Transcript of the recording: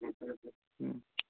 ꯎꯝ